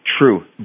True